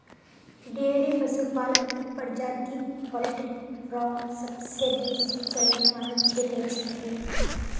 dairy पशुपालन प्रजातित poultry farm सबसे बेसी चलने वाला क्षेत्र छिके